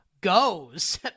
goes